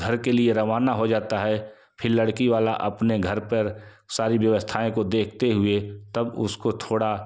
घर के लिए रवाना हो जाता है फिर लड़की वाला अपने घर पर सारी व्यवस्थाएँ को देखते हुए तब उसको थोड़ा